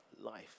life